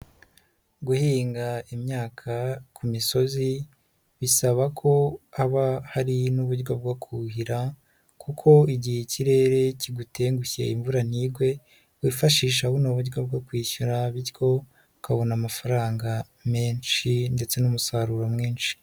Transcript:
Guhinga imyaka ku misozi bisaba ko haba hari n'uburyo bwo kuhira kuko igihe ikirere kigutengushye imvura ntigwe wifashisha buno buryo bwo kwishyura bityo ukabona amafaranga menshi ndetse n'umusaruro mwinshi.